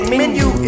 menu